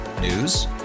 News